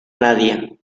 nadie